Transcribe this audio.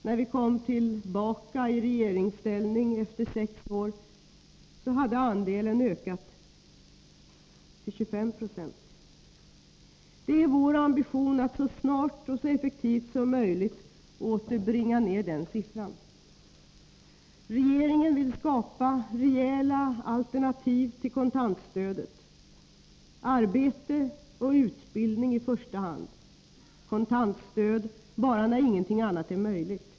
När vi kom tillbaka i regeringsställning efter sex år hade andelen ökat till 25 20. Det är vår ambition att så snart och effektivt som möjligt åter bringa ned den siffran. Regeringen vill skapa rejäla alternativ till kontantstödet — arbete och utbildning i första hand, kontantstöd bara när ingenting annat är möjligt.